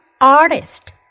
ARTIST